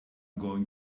going